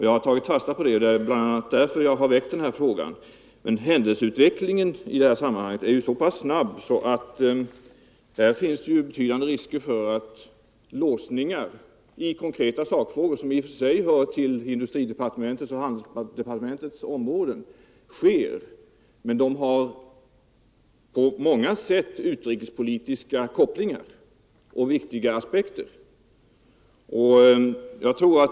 Jag har tagit fasta på det uttalandet, och det är bl.a. därför jag har ställt min fråga. Händelseutvecklingen i detta sammanhang är emellertid så snabb att det finns betydande risker för låsningar i konkreta sakfrågor, som i och för sig hör till industridepartementets och handelsdepartementets områden men som kan vara kopplade till vitala utrikespolitiska aspekter.